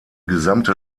gesamte